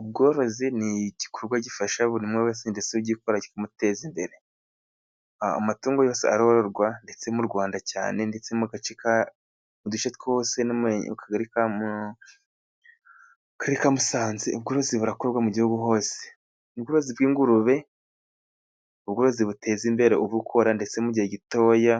Ubworozi ni igikorwa gifasha buri umwe wese ndetse ugikora kikamuteza imbere. Amatungo yose arororwa ndetse mu Rwanda cyane ndetse mu duce twose no mu karere ka Musanze, ubworozi burakorwa mu gihugu hose. Ingurube ubworozi buteza imbere ubukora ndetse mu gihe gitoya,